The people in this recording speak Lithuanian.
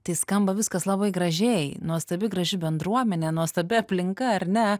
tai skamba viskas labai gražiai nuostabi graži bendruomenė nuostabi aplinka ar ne